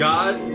God